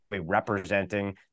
representing